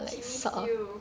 she miss you